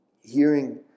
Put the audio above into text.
hearing